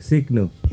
सिक्नु